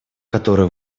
которые